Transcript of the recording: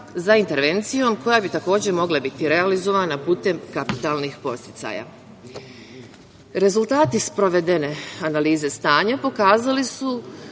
za intervencijom, koja bi takođe mogla biti realizovana putem kapitalnih podsticaja. Rezultati sprovedene analize stanja pokazali su